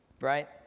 right